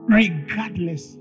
regardless